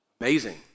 amazing